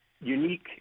unique